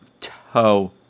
toe